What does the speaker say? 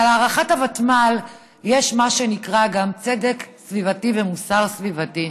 בהארכת הוותמ"ל יש גם מה שנקרא צדק סביבתי ומוסר סביבתי.